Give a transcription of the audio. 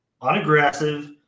unaggressive